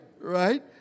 Right